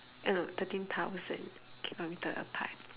eh no thirteen thousand kilometer apart